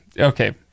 Okay